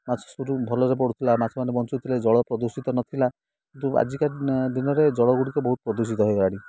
ମାଛ ଭଲରେ ପଡ଼ୁଥିଲା ମାଛମାନେ ବଞ୍ଚୁଥିଲେ ଜଳ ପ୍ରଦୂଷିତ ନଥିଲା କିନ୍ତୁ ଆଜିକା ଦିନରେ ଜଳ ଗୁଡ଼ିକ ବହୁତ ପ୍ରଦୂଷିତ ହେଇଗଲାଣି